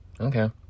okay